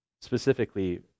Specifically